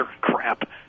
Crap